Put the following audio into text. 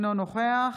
אינו נוכח